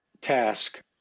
task